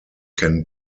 can